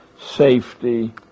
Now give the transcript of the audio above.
safety